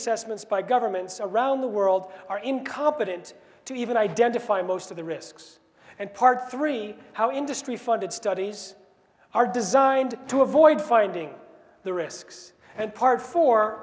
assessments by governments around the world are incompetent to even identify most of the risks and part three how industry funded studies are designed to avoid finding the risks and part for